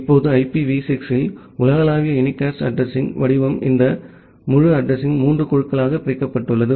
இப்போது ஐபிவி 6 இல் உலகளாவிய யூனிகாஸ்ட் அட்ரஸிங் வடிவம் இந்த முழு அட்ரஸிங்யும் 3 குழுக்களாக பிரிக்கப்பட்டுள்ளது